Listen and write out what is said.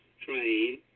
train